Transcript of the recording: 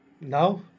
now